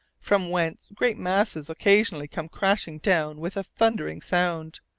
from whence great masses occasionally come crashing down with a thundering sound.